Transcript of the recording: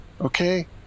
okay